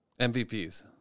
MVPs